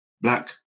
black